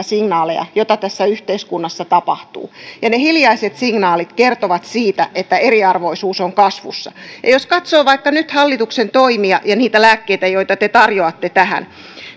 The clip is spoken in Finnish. signaaleja joita tässä yhteiskunnassa tapahtuu ja ne hiljaiset signaalit kertovat siitä että eriarvoisuus on kasvussa jos katsoo vaikka nyt hallituksen toimia ja niitä lääkkeitä joita te tarjoatte tähän